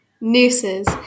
nooses